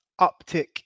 uptick